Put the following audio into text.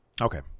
okay